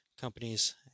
companies